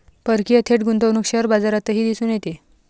परकीय थेट गुंतवणूक शेअर बाजारातही दिसून येते